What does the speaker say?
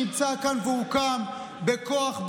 שנמצא כאן והוקם בכוח,